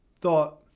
thought